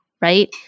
right